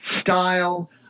style